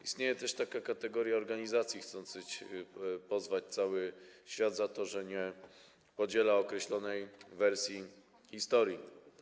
Istnieje też kategoria organizacji chcących pozwać cały świat za to, że nie podziela określonej wersji historii.